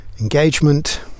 engagement